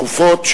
דחופות,